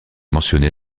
mentionnée